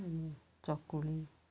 ଚକୁଳି